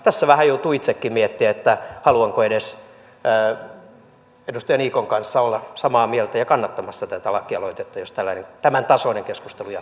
tässä vähän joutuu itsekin miettimään että haluanko edes edustaja niikon kanssa olla samaa mieltä ja kannattamassa tätä lakialoitetta jos tämäntasoinen keskustelu jatkuu